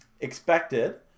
Expected